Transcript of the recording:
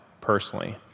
personally